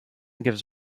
gives